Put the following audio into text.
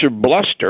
Bluster